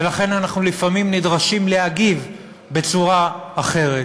ולכן אנחנו לפעמים נדרשים להגיב בצורה אחרת.